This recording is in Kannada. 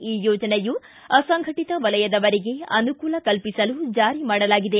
ಈ ಯೋಜನೆಯು ಅಸಂಘಟಿತ ವಲಯದವರಿಗೆ ಅನೂಕೂಲ ಕಲ್ಪಿಸಲು ಜಾರಿ ಮಾಡಲಾಗಿದೆ